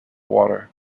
water